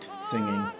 singing